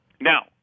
Now